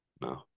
no